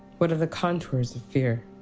what are the contours of fear?